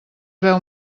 veu